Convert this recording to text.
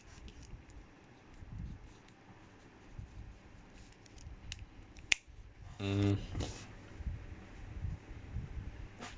mm